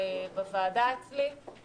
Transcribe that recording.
יועצת מקצועית לשר